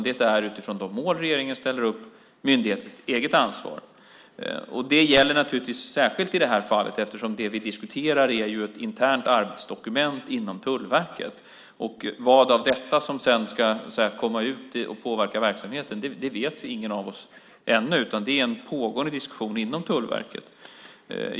Det är utifrån de mål regeringen ställer upp myndighetens eget ansvar. Det gäller naturligtvis särskilt i detta fall, eftersom det vi diskuterar är ett internt arbetsdokument inom Tullverket. Vad av detta som sedan ska komma ut och påverka verksamheten vet ingen av oss ännu. Det är en pågående diskussion inom Tullverket.